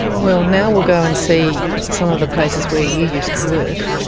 well, now we'll go and see some of the places where you used to work,